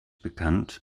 bekannt